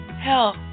Hell